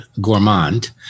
Gourmand